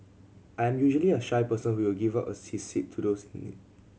I'm usually a shy person who will give up a sea seat to those in need